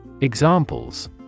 Examples